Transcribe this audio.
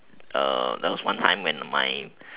uh there was one time when my